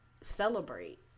celebrate